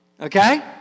Okay